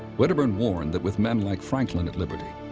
wedderburn warned that with men like franklin at liberty,